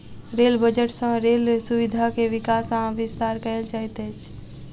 rail budget सँ rail सुविधा के विकास आ विस्तार कयल जाइत अछि